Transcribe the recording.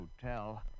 hotel